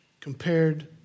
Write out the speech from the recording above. compared